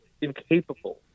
incapable